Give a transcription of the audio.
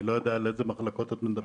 אני לא יודע על אילו מחלקות את מדברת.